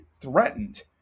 threatened